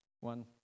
One